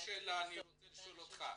רגע, עוד שאלה אני רוצה לשאול אותך.